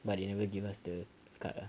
but they never give us the card ah